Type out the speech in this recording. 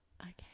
Okay